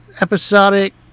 episodic